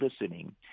listening